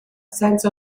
senza